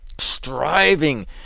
striving